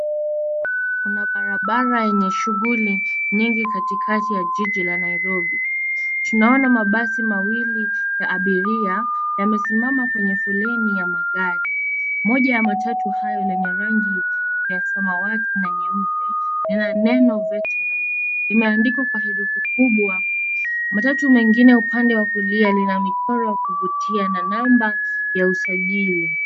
Kuna barabara yenye shughuli nyingi katikati ya jiji la Nairobi . Tunaona mabasi mawili ya abiria, yamesimana kwenye foleni ya magari . Moja ya matatu hayo yenye rangi ya samawati na nyeupe , lina neno VETERAN. Limeandikwa kwa herufi kubwa . Matatu mengine upande mwingine lina michoro ya kuvutia na namba ya usajili.